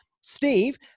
Steve